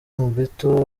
mobetto